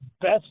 best